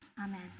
amen